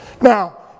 Now